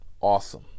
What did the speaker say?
Awesome